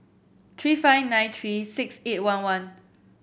three five nine three six eight one one